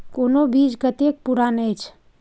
कोनो बीज कतेक पुरान अछि?